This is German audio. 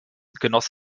genoss